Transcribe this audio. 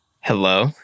Hello